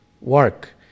Work